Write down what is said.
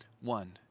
one